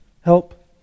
help